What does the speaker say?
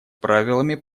правилами